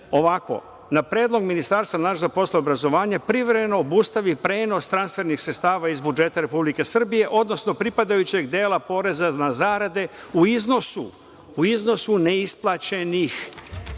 Piše – na predlog ministarstva nadležnog za poslove obrazovanja privremeno obustavi prenos transfernih sredstava iz budžeta Republike Srbije, odnosno pripadajućeg dela poreza na zarade u iznosu ne isplaćenih